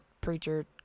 preacher